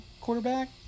quarterback